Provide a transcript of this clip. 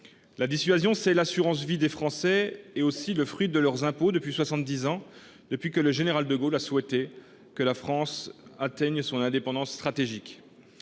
La dissuasion, c’est l’assurance vie des Français ; c’est aussi le fruit de leurs impôts depuis soixante dix ans, depuis que le général de Gaulle a souhaité que la France acquière son indépendance stratégique.